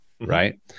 right